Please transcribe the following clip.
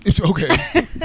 okay